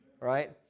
right